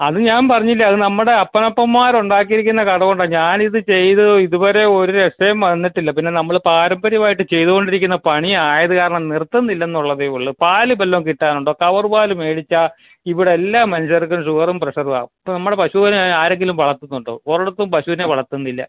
അതു ഞാൻ പറഞ്ഞില്ലേ അതു നമ്മുടെ അപ്പാപ്പന്മാരുണ്ടാക്കിയിരിക്കുന്ന കട കൊണ്ടാണ് ഞാനിതു ചെയ്ത് ഇതു വരെ ഒരു രക്ഷയും വന്നിട്ടില്ല പിന്നെ നമ്മൾ പാരമ്പര്യമായിട്ടു ചെയ്തു കൊണ്ടിരിക്കുന്ന പണിയായതു കാരണം നിർത്തുന്നില്ലയെന്നു ള്ളതേയുള്ളു പാല് വല്ലതും കിട്ടാനുണ്ടോ കവർ പാല് മേടിച്ചാണ് ഇവിടെല്ലാ മനുഷ്യർക്കും ഷുഗറും പ്രഷറുമാണ് ഇപ്പോൾ നമ്മുടെ പശുവിനെ ആരെങ്കിലും വളർത്തുന്നുണ്ടോ ഒരിടത്തും പശുവിനെ വളർത്തുന്നില്ല